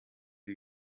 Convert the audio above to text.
die